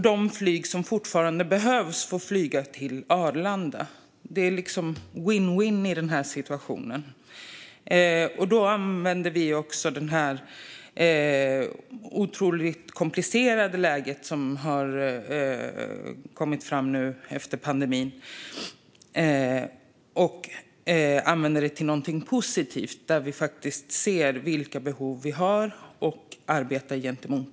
De flyg som fortfarande behövs får flyga till Arlanda. Det är liksom win-win i den här situationen. Då skulle vi också använda det otroligt komplicerade läge som har uppstått efter pandemin till någonting positivt, där vi faktiskt ser vilka behov vi har och arbetar utifrån dem.